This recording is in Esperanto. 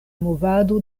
movado